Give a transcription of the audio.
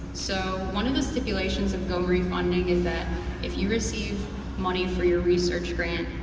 so, one of the stipulations of gomri funding is that if you receive money for your research grant,